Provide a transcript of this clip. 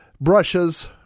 brushes